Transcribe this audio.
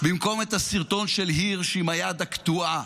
במקום את הסרטון של הירש עם היד הקטועה,